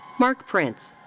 mark prince.